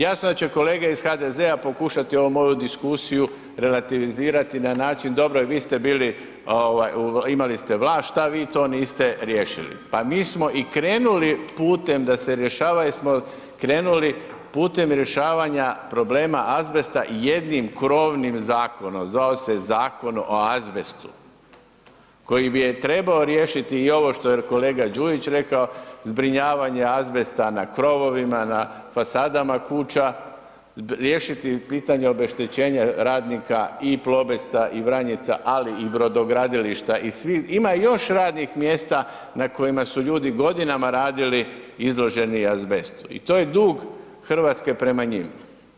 Jasno je da će kolege iz HDZ-a pokušati ovu moju diskusiju relativizirati na način dobro je vi ste bili, imali ste vlast, šta vi to niste riješili, pa mi smo i krenuli putem da se rješava jer smo krenuli putem rješavanja problema azbesta i jednim krovnim zakonom, zvao se Zakon o azbestu koji bi je trebao riješiti i ovo što je kolega Đujić rekao, zbrinjavanje azbesta na krovovima, na fasadama kuća, riješiti pitanje obeštećenja radnika i Plobesta i Vranjica, ali i brodogradilišta i svih, ima još radnih mjesta na kojima su ljudi godinama radili izloženi azbestu i to je dug RH prema njima.